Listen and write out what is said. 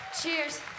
Cheers